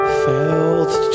felt